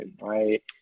right